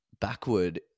backward